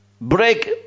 break